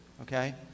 okay